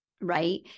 right